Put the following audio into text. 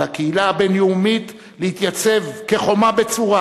על הקהילה הבין-לאומית להתייצב כחומה בצורה